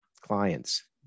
clients